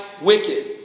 wicked